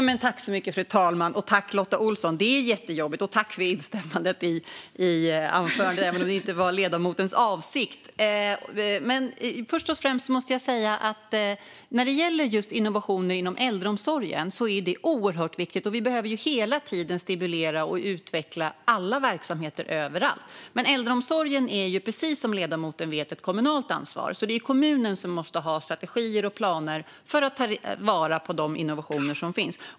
Fru talman! Jag tackar Lotta Olsson för instämmandet i mitt anförande, även om det inte var ledamotens avsikt. Först och främst måste jag säga att innovationer inom äldreomsorgen är något oerhört viktigt. Vi behöver hela tiden stimulera och utveckla alla verksamheter överallt. Men äldreomsorgen är ju, precis som ledamoten vet, ett kommunalt ansvar. Det är kommunen som måste ha strategier och planer för att ta vara på de innovationer som finns.